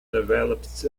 developed